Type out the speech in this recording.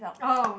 oh